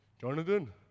Jonathan